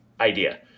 idea